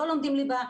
לא לומדים ליבה,